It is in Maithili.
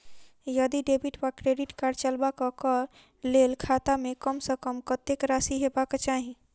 यदि डेबिट वा क्रेडिट कार्ड चलबाक कऽ लेल खाता मे कम सऽ कम कत्तेक राशि हेबाक चाहि?